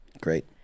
Great